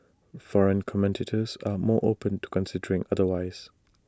foreign commentators are more open to considering otherwise